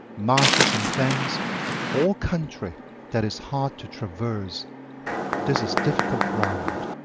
marshes and fens all country that is hard to traverse this is difficult ground.